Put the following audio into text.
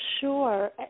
sure